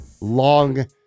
long